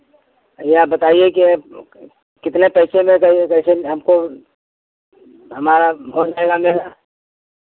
ये आप बताइए कि कितने पैसे में कैसे कैसे हमको हमारा हो जाएगा मेला